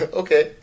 okay